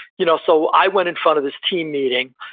you know so i went in front of this team meeting,